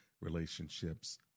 relationships